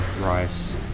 rice